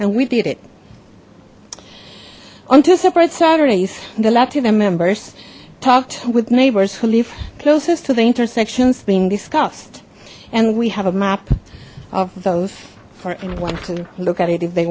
and we did it on two separate saturdays the latino members talked with neighbors who live closest to the intersections being discussed and we have a map of those for anyone to look at it if they